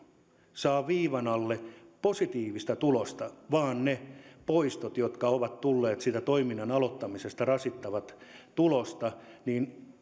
saa viivan alle positiivista tulosta vaan ne poistot jotka ovat tulleet siitä toiminnan aloittamisesta rasittavat tulosta niin